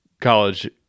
college